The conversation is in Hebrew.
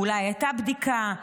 אולי הייתה בדיקה,